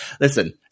Listen